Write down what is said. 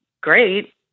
great